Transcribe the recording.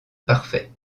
parfait